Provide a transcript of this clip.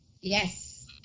Yes